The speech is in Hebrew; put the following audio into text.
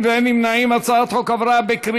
מה זה?